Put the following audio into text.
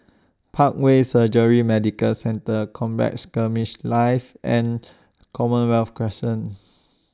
Parkway Surgery Medical Centre Combat Skirmish Live and Commonwealth Crescent